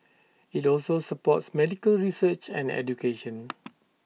IT also supports medical research and education